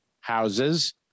houses